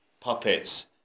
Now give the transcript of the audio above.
Puppets